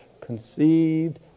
conceived